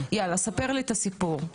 יאללה ספר לי את הסיפור.